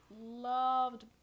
loved